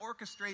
orchestrate